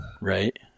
right